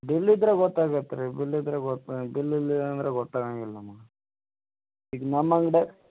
bill ಇದ್ರ ಗೊತ್ತು ಆಗತ್ತೆ ರೀ ಬಿಲ್ ಇದ್ರೆ ಗೊತ್ತ ಬಿಲ್ ಇಲ್ಲಿ ಅಂದ್ರ ಗೊತ್ತು ಆಗಂಗಿಲ್ಲ ನಮ್ಗ ಇಲ್ಲಿ ನಮ್ಮ ಅಂಗ್ಡ್ಯಾಗ